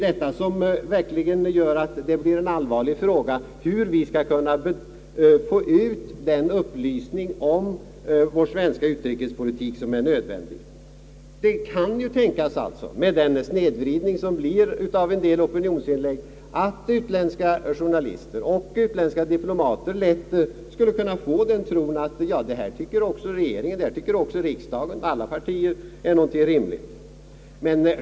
Detta gör att det blir en verkligt allvarlig fråga hur vi skall få ut den upplysning om vår svenska utrikespolitik som är nödvändig. Det kan tänkas, med den snedvridning som kan bli en följd av en del opinionsinlägg, att utländska journalister och diplomater lätt skulle kunna få den tron, att regeringen och riksdagen och alla partier tycker på samma sätt.